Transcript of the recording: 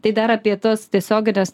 tai dar apie tas tiesiogines